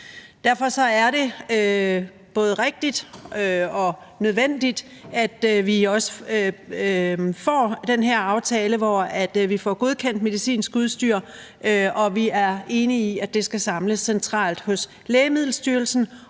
Derfor er det både rigtigt og nødvendigt, at vi får den her aftale, hvor vi får godkendt medicinsk udstyr, og vi er enige i, at det skal samles centralt hos Lægemiddelstyrelsen.